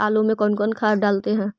आलू में कौन कौन खाद डालते हैं?